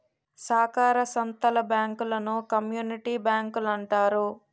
సాకార సంత్తల బ్యాంకులను కమ్యూనిటీ బ్యాంకులంటారు